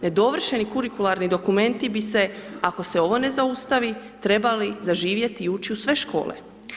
Nedovršeni kurikularni dokumenti bi se, ako se ovo ne zaustavi, trebali zaživjeti i ući u sve škole.